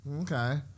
Okay